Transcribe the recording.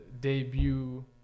debut